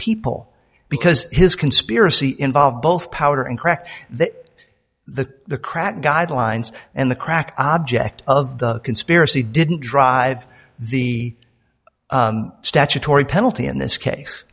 people because his conspiracy involved both powder and crack that the crack guidelines and the crack object of the conspiracy didn't drive the statutory penalty in this case